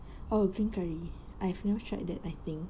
oh green curry I've never tried that I think